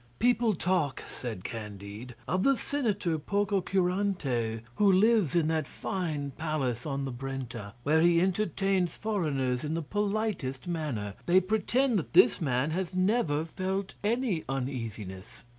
people talk, said candide, of the senator pococurante, who lives in that fine palace on the brenta, where he entertains foreigners in the politest manner. they pretend that this man has never felt any uneasiness.